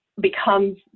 becomes